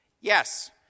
Yes